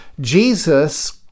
Jesus